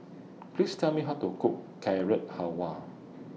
Please Tell Me How to Cook Carrot Halwa